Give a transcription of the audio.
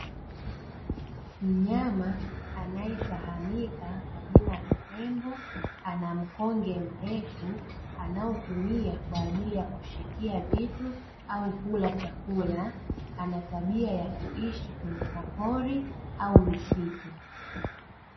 Mnyama anayefahamia kwa jina la tembo, ana mkonga mrefu anaotumia kwa ajili ya kushikia vitu au kula chakula, anatabia ya kuishi kwenye mapori au misitu.